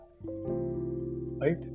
Right